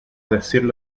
decirlo